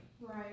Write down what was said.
Right